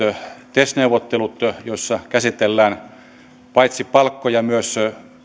tes neuvottelut joissa käsitellään paitsi palkkoja myös